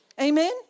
Amen